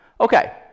Okay